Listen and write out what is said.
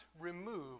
remove